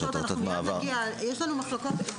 יש לנו מחלוקות.